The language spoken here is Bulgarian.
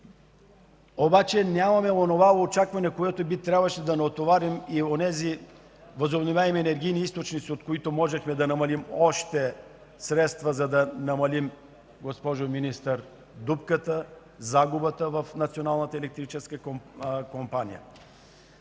обаче нямаме онова очакване, с което би трябвало да натоварим онези възобновяеми енергийни източници, от които можехме да намалим още средства, за да намалим, госпожо Министър, дупката, загубата в Националната електрическа компания.